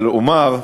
אבל אומר,